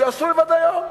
שיעשו בעצמם היום.